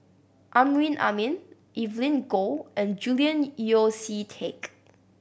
Amrin Amin Evelyn Goh and Julian Yeo See Teck